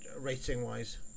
rating-wise